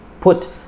put